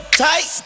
tight